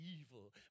evil